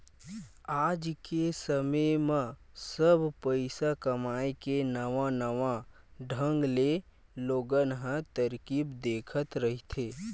आज के समे म सब पइसा कमाए के नवा नवा ढंग ले लोगन ह तरकीब देखत रहिथे